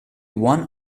one